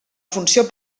funció